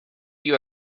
you